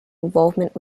involvement